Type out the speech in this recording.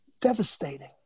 devastating